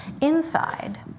inside